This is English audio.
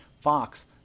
Fox